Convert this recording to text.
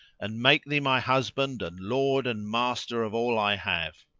and make thee my husband and lord and master of all i have!